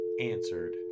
answered